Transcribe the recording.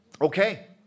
Okay